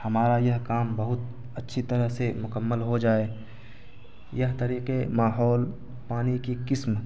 ہمارا یہ کام بہت اچھی طرح سے مکمل ہو جائے یہ طریقے ماحول پانی کی قسم